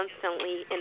constantly